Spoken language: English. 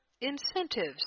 incentives